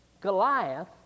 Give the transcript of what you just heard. Goliath